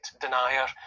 denier